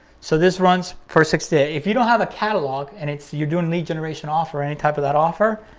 so this runs for six days. if you don't have a catalog and it's you're doing lead generation offer or any type of that offer,